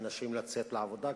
של נשים לצאת לעבודה,